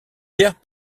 guère